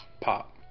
pop